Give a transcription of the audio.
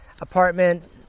apartment